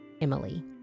Emily